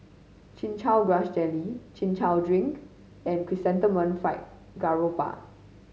Chin Chow Grass Jelly Chin Chow drink and Chrysanthemum Fried Garoupa